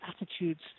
attitudes